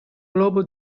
globo